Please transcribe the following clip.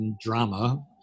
drama